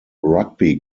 rugby